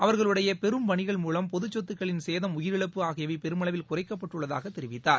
அவர்களுடைய பெரும் பணிகள் மூலம் பொதுச் சொத்துக்களின் சேதம் உயிரிழப்பு ஆகியவை பெருமளவில் குறைக்கப்பட்டுள்ளதாக தெரிவித்தார்